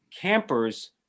campers